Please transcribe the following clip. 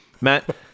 Matt